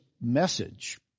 message